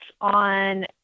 on